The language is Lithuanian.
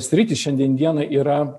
sritys šiandien dienai yra